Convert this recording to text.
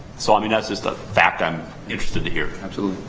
so, i mean, that's just a fact i'm interested to hear. absolutely.